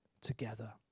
together